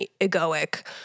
egoic